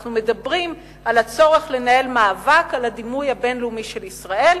אנחנו מדברים על הצורך לנהל מאבק על הדימוי הבין-לאומי של ישראל,